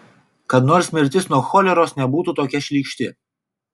kad nors mirtis nuo choleros nebūtų tokia šlykšti